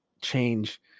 change